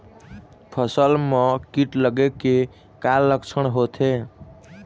फसल म कीट लगे के का लक्षण होथे?